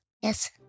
Yes